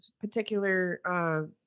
particular